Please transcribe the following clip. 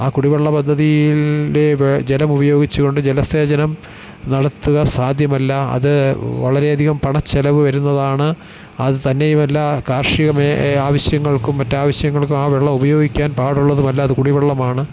ആ കുടിവെള്ള പദ്ധതിയിൽ ജലം ഉപയോഗിച്ചുകൊണ്ട് ജലസേചനം നടത്തുക സാധ്യമല്ല അത് വളരെയധികം പണ ചെലവ് വരുന്നതാണ് അത് തന്നെയുമല്ല കാർഷിക ആവശ്യങ്ങൾക്കും മറ്റ് ആവശ്യങ്ങൾക്കും ആ വെള്ളം ഉപയോഗിക്കാൻ പാടുള്ളതുമല്ല അത് കുടിവെള്ളമാണ്